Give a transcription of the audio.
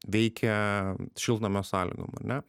veikia šiltnamio sąlygom ar ne